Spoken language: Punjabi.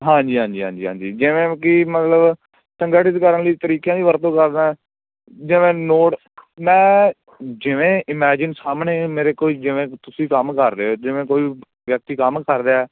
ਹਾਂਜੀ ਹਾਂਜੀ ਹਾਂਜੀ ਹਾਂਜੀ ਜਿਵੇਂ ਕਿ ਮਤਲਬ ਚੰਗਾ ਕਰਨ ਲਈ ਤਰੀਕਿਆਂ ਦੀ ਵਰਤੋਂ ਕਰਦਾ ਜਿਵੇਂ ਨੋਟ ਮੈਂ ਜਿਵੇਂ ਇਮੈਜਿਨ ਸਾਹਮਣੇ ਮੇਰੇ ਕੋਈ ਜਿਵੇਂ ਤੁਸੀਂ ਕੰਮ ਕਰ ਰਹੇ ਹੋ ਜਿਵੇਂ ਕੋਈ ਵਿਅਕਤੀਗਤ ਕਰ ਰਿਹਾ